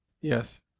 Yes